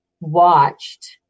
watched